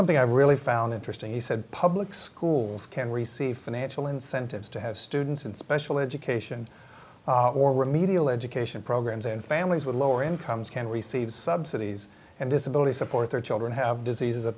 something i've really found interesting he said public schools can receive financial incentives to have students in special education or remedial education programs and families with lower incomes can receive subsidies and disability support their children have diseases